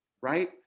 right